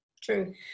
true